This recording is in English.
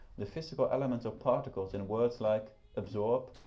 the physical elements or particles in words like absorb,